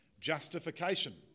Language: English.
Justification